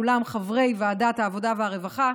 כולם חברי ועדת העבודה והרווחה,